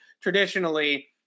traditionally